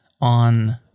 on